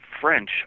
French